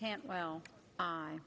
can't well